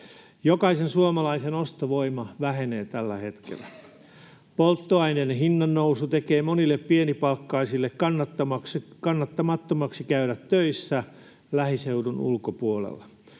Jokaisen suomalaisen ostovoima vähenee tällä hetkellä. Polttoaineiden hinnan nousu tekee monille pienipalkkaisille kannattamattomaksi käydä töissä lähiseudun ulkopuolella.